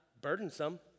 burdensome